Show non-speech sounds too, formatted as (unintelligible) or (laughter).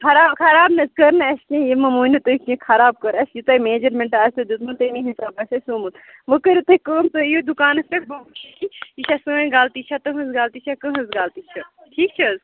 خرا خراب نہٕ حظ کٔر نہٕ اَسہِ کِہیٖنۍ یہِ مہٕ ؤنِو تُہۍ کیٚنٛہہ خراب کٔر اَسہِ یہِ تۄہہِ میجَرمٮ۪نٛٹ آسیو دیُتمُت تَمی حساب آسہِ اَسہِ سُومُت وۄنۍ کٔرٕو تُہۍ کٲم تُہۍ یِیِو دُکانَس پٮ۪ٹھ بہٕ وٕچھ (unintelligible) یہِ چھےٚ سٲنۍ غلطی چھےٚ تٕہٕنٛز غلطی چھےٚ کٕہٕنٛز غلطی چھِ ٹھیٖک چھِ حظ